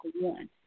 one